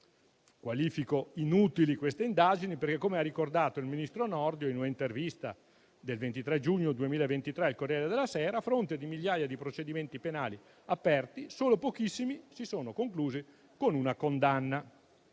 Qualifico inutili queste indagini perché - come ha ricordato il ministro Nordio in un'intervista del 23 giugno 2023 al «Corriere della Sera» - a fronte di migliaia di procedimenti penali aperti, solo pochissimi si sono conclusi con una condanna.